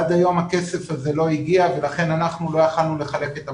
עד היום הכסף הזה לא הגיע ולכן אנחנו לא יכולנו לחלק את המחשבים.